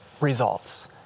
results